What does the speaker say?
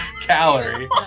calorie